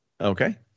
Okay